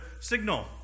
signal